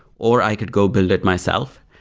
or i could go build it myself.